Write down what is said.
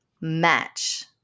match